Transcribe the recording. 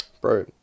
Bro